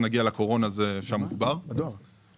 הם הולכים לסגור והם בשום פנים ואופן לא מוכנים למכור.